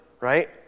right